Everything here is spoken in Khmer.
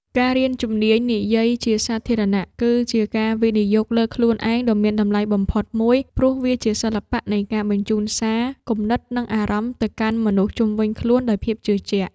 ការរៀនជំនាញនិយាយជាសាធារណៈ គឺជាការវិនិយោគលើខ្លួនឯងដ៏មានតម្លៃបំផុតមួយ ព្រោះវាជាសិល្បៈនៃការបញ្ជូនសារ គំនិត និងអារម្មណ៍ទៅកាន់មនុស្សជុំវិញខ្លួនដោយភាពជឿជាក់។